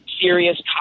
serious